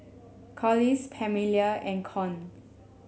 Collis Pamelia and Con